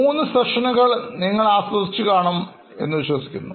മൂന്ന് സെഷനുകൾ നിങ്ങൾ ആസ്വദിച്ചു കാണും എന്ന് വിശ്വസിക്കുന്നു